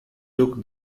took